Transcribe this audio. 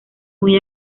muy